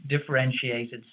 differentiated